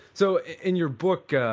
so in your book,